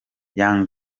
young